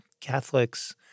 Catholics